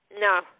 No